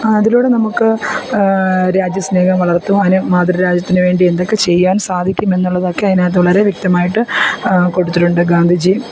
ആ അതിലൂടെ നമുക്ക് രാജ്യ സ്നേഹം വളർത്തുവാനും മാതൃ രാജ്യത്തിനു വേണ്ടി എന്തൊക്കെ ചെയ്യാൻ സാധിക്കുമെന്നുള്ളതൊക്കെ അതിനകത്ത് വളരെ വ്യക്തമായിട്ട് കൊടുത്തിട്ടുണ്ട് ഗാന്ധിജി